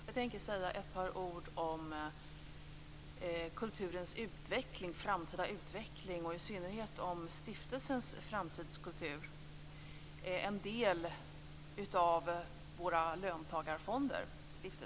Herr talman! Jag tänker säga ett par ord om kulturens framtida utveckling, och i synnerhet om Stiftelsen Framtidens kultur. Den är en del av våra löntagarfonder.